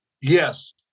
yes